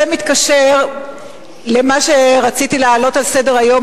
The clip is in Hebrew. זה מתקשר למה שרציתי להעלות היום על סדר-היום,